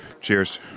Cheers